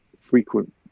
frequent